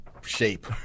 shape